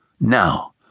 Now